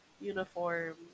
uniform